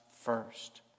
first